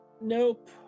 Nope